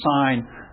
sign